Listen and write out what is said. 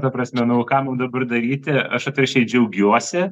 ta prasme nu o ką mum dabar daryti aš atvirkščiai džiaugiuosi